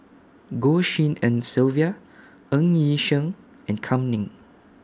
Goh Tshin En Sylvia Ng Yi Sheng and Kam Ning